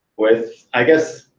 with, i guess,